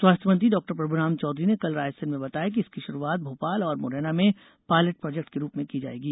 स्वास्थ्य मंत्री डॉक्टर प्रभुराम चौधरी ने कल रायसेन में बताया कि इसकी शुरूआत भोपाल और मुरैना में पायलट प्रोजेक्ट के रूप में की जायेगी